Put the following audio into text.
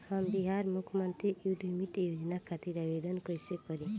हम बिहार मुख्यमंत्री उद्यमी योजना खातिर आवेदन कईसे करी?